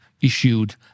issued